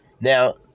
Now